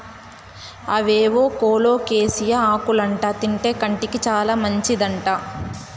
అవేవో కోలోకేసియా ఆకులంట తింటే కంటికి చాలా మంచిదంట